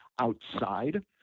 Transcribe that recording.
outside